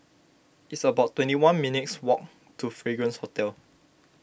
it's about twenty one minutes' walk to Fragrance Hotel